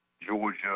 Georgia